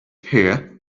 here